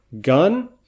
gun